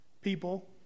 people